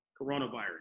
coronavirus